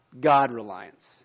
God-reliance